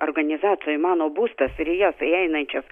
organizacijoj mano būstas ir į jas įeinančias